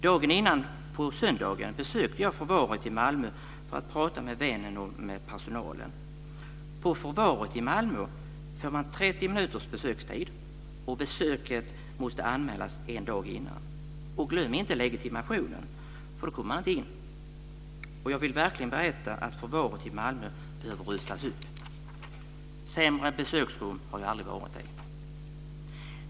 Dagen innan, på söndagen, besökte jag förvaret i Malmö för att prata med vännen och med personalen. På förvaret i Malmö får man 30 minuters besökstid. Besöket måste anmälas en dag innan. Och glöm inte legitimationen - för då kommer man inte in! Jag vill också berätta att förvaret i Malmö verkligen behöver rustas upp. Sämre besöksrum har jag aldrig varit i.